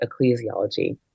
ecclesiology